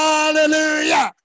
Hallelujah